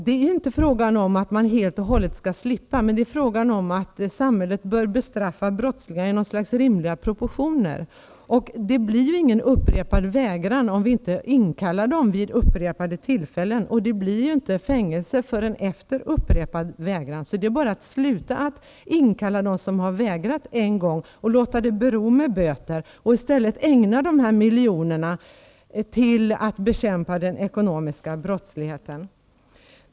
Det är inte fråga om att helt och hållet slippa, men samhället bör vid bestraffning av brottslingar tillämpa rimliga proportioner. Det blir ju inte någon upprepad vägran, om dessa ungdomar inte inkallas vid upprepade tillfällen, och det blir inte fängelse förrän efter upprepad vägran. Det är bara att sluta att inkalla dem som har vägrat en gång och låta det bero med böter. I stället bör man utnyttja dessa miljoner till att bekämpa den ekonomiska brottsligheten.